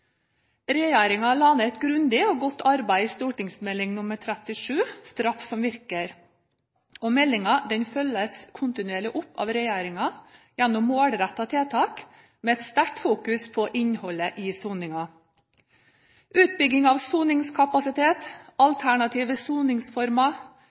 la ned et grundig og godt arbeid i St.meld. nr. 37 for 2007–2008 – Straff som virker. Meldingen følges kontinuerlig opp av regjeringen gjennom målrettede tiltak med et sterkt fokus på innholdet i soningen. Utbygging av soningskapasitet,